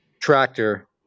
tractor